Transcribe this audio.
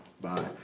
Bye